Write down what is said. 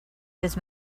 his